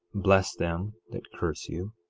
bless them that curse you,